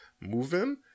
moving